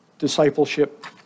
Discipleship